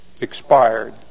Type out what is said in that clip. expired